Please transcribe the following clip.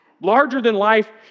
larger-than-life